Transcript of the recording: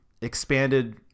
expanded